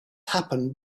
happened